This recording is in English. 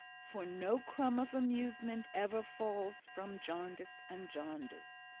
for no crumb of amusement ever falls from jarndyce and jarndyce?